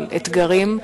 של אתגרים,